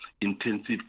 intensive